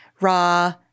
raw